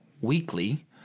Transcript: weekly